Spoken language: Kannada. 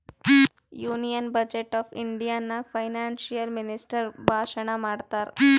ಯೂನಿಯನ್ ಬಜೆಟ್ ಆಫ್ ಇಂಡಿಯಾ ನಾಗ್ ಫೈನಾನ್ಸಿಯಲ್ ಮಿನಿಸ್ಟರ್ ಭಾಷಣ್ ಮಾಡ್ತಾರ್